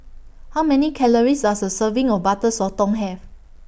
How Many Calories Does A Serving of Butter Sotong Have